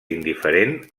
indiferent